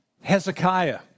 Hezekiah